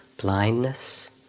blindness